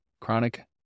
chronic